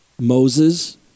Moses